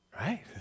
right